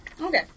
Okay